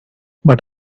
but